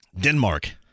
Denmark